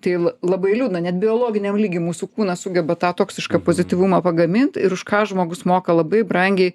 tai l labai liūdna net biologiniam lygy mūsų kūnas sugeba tą toksišką pozityvumą pagamint ir už ką žmogus moka labai brangiai